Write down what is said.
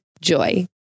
Joy